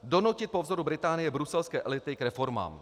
Donutit po vzoru Británie bruselské elity k reformám.